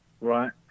Right